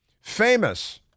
famous